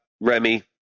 Remy